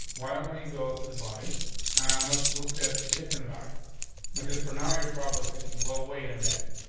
why don't we go to the body on let's look at different values because for now, you're probably thinking, well, wait a minute.